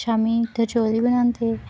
ते शामीं त्रचौली बनांदे